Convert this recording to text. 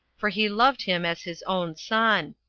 for he loved him as his own son.